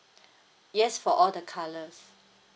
yes for all the colours